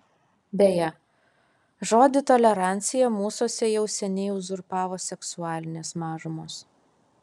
beje žodį tolerancija mūsuose jau seniai uzurpavo seksualinės mažumos